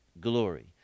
glory